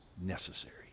necessary